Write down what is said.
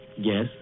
Yes